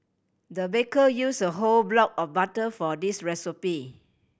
the baker used a whole block of butter for this recipe